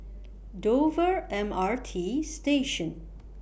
Dover M R T Station